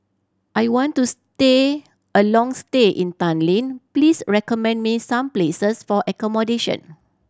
I want to stay a long stay in Tallinn please recommend me some places for accommodation